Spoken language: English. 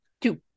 two